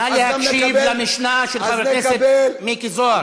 נא להקשיב למשנה של חבר הכנסת מיקי זוהר.